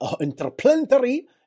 interplanetary